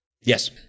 Yes